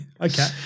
okay